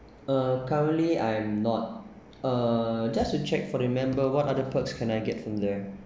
uh currently I'm not uh just to check for the member what other perks can I get from there